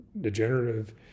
degenerative